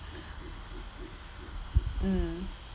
mm